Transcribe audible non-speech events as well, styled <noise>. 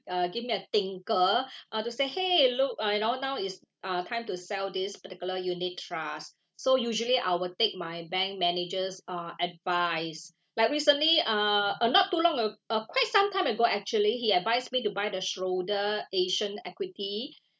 uh give me a tinkle <breath> uh to say !hey! look uh you know now is uh time to sell this particular unit trust so usually I would take my bank manager's uh advice like recently uh uh not too long a~ uh quite some time ago actually he advised me to buy the schroder asian equity